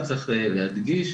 צריך להדגיש,